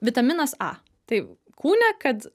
vitaminas a tai kūne kad